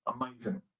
amazing